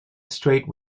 straight